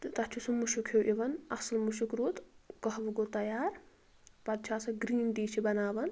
تہٕ تتھ چھُ سُہ مشک ہیٛو یِوان اصٕل مشک رُت قٔہوٕ گوٚو تیار پتہٕ چھِ آسان گرٛیٖن ٹی چھِ بناوان